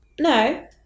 No